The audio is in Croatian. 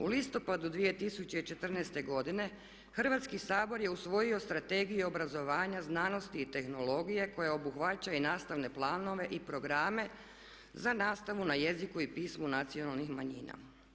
U listopadu 2014. godine Hrvatski sabor je usvojio Strategiju obrazovanja znanosti i tehnologije koja obuhvaća i nastavne planove i programe za nastavu na jeziku i pismu nacionalnih manjina.